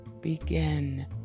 Begin